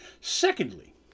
Secondly